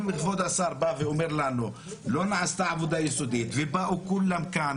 אם כבר השר בא ואומר לנו לא נעשתה עבודה יסודית ובאו כולם כאן,